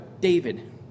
David